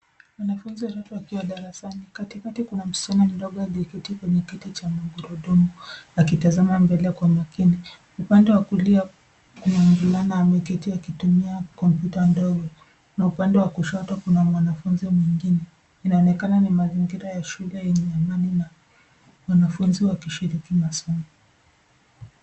Wanafunzi watatu wakiwa darasani. Katikati kuna msichana mdogo aliyeketi kwenye kiti cha magurudumu akitazama mbele kwa makini. Upande wa kulia kuna mvulana ameketi akitumia kompyuta ndogo, na upande wa kushoto kuna mwanafunzi mwingine. Inaonekana ni mazingira ya shule yenye amani na wanafunzi wakishiriki masomo.